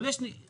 אבל יש רצון,